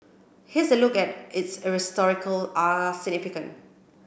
here's a look at its historical ah significance